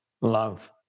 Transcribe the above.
love